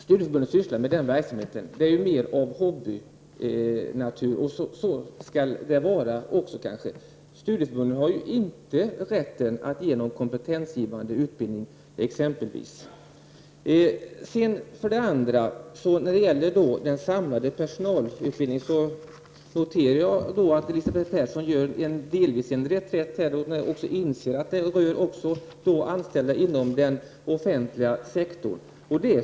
Studieförbundens verksamhet är mer av hobbynatur, och så skall det kanske också vara. Studieförbunden har inte någon rätt att exempelvis meddela någon kompetensgivande undervisning. När det gäller den samlade personalutbildningen noterar jag att Elisabeth Persson delvis gjorde en reträtt. Hon inser att det även gäller anställda inom den offentliga sektorn.